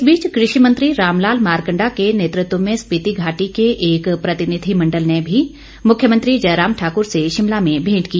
इस बीच कृषि मंत्री राम लाल मारकंडा के नेतृत्व में स्पीति घाटी के एक प्रतिनिधिमंडल ने भी मुख्यमंत्री जयराम ठाकर से शिमला में भेंट की